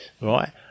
right